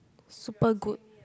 super good